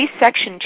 section